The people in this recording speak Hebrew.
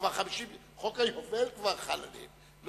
חוק היובל כבר חל עליהם.